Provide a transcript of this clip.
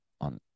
on